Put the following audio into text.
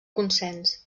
consens